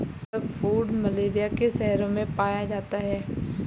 eggfruit Malaysia के शहरों में पाया जाता है